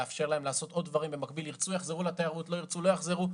ירצו, יחזרו לתיירות, לא ירצו, לא יחזרו.